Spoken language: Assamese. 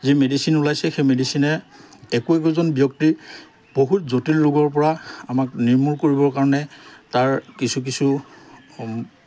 যি মেডিচিন ওলাইছে সেই মেডিচিনে একো একোজন ব্যক্তি বহুত জটিল ৰোগৰপৰা আমাক নিৰ্মূল কৰিবৰ কাৰণে তাৰ কিছু কিছু